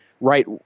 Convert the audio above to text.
right